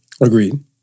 Agreed